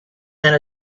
and